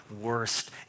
worst